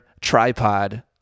tripod